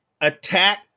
Attack